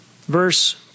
verse